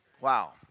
Wow